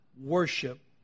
worship